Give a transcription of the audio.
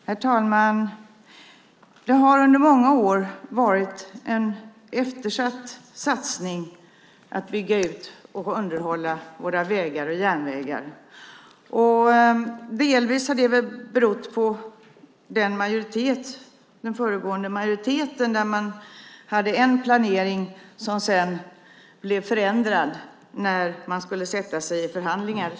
Herr talman! Det har under många år varit en eftersatt satsning att bygga ut och underhålla våra vägar och järnvägar. Delvis har det väl berott på den föregående majoriteten. Man hade en planering som sedan blev förändrad när man skulle sätta sig i förhandlingar.